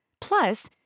Plus